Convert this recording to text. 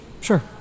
Sure